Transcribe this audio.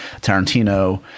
Tarantino